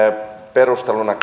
perusteluna